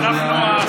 אבל אנחנו,